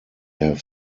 have